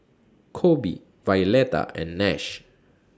Coby Violeta and Nash